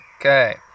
Okay